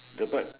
the bird